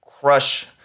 crush